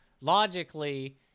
logically